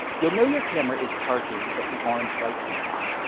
you'll know your camera is charging if the orange light turns on.